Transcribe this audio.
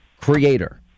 creator